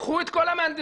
קחו את כל המהנדסים,